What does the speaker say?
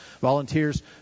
Volunteers